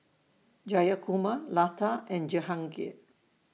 Jayakumar Lata and Jehangirr